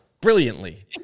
Brilliantly